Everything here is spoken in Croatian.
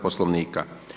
Poslovnika.